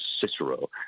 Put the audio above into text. Cicero